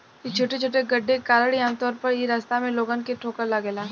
इ छोटे छोटे गड्ढे के कारण ही आमतौर पर इ रास्ता में लोगन के ठोकर लागेला